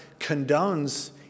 condones